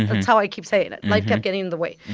that's how i keep saying it. life kept getting in the way.